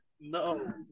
No